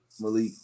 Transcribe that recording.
Malik